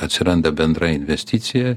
atsiranda bendra investicija